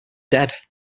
dead